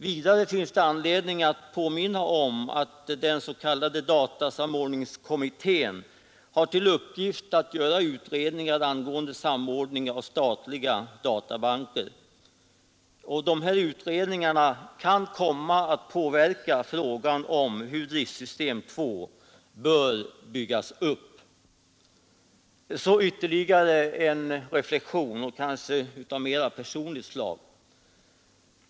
Vidare finns det anledning att påminna om att den s.k. datasamordningskommittén har till uppgift att göra utredningar angående samordning av statliga databanker. Dessa utredningar kan komma att påverka frågan om hur driftsystem 2 bör byggas upp. Så ännu en reflexion, kanske av mera personligt slag.